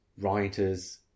writers